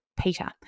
Peter